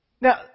Now